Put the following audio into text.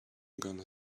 gonna